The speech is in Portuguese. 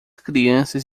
crianças